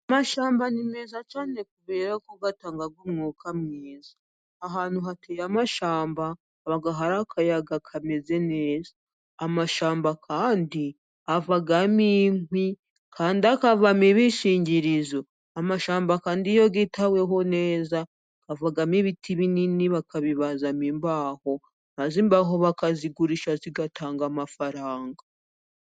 Amashyamba ni meza cyane kubera ko atanga umwuka mwiza .Ahantu hateye amashyamba haba hari akayaga kameze neza. Amashyamba kandi avamo inkwi kandi akavamo ibishingirizo, amashyamba kandi iyo yitaweho neza avamo ibiti binini ,bakabibazamo imbaho, maze imbaho bakazigurisha, zigatanga amafaranga.